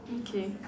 okay